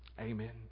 Amen